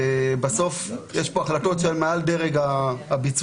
ובסוף יש פה החלטות שהן מעל הדרג הביצועי.